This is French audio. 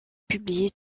publié